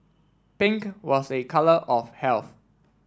pink was a colour of health